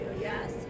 yes